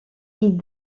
ils